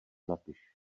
napiš